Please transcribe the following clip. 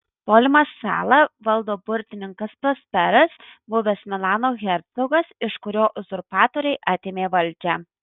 tolimą salą valdo burtininkas prosperas buvęs milano hercogas iš kurio uzurpatoriai atėmė valdžią